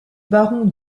baron